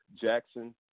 Jackson